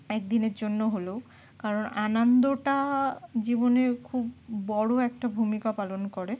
একদিনের জন্য হলেও কারণ আনন্দটা জীবনে খুব বড়ো একটা ভূমিকা পালন করে